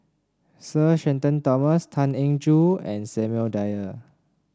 Sir Shenton Thomas Tan Eng Joo and Samuel Dyer